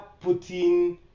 putting